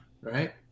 right